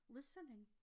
listening